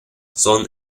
son